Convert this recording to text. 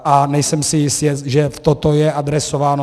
A nejsem si jist, že toto je adresováno.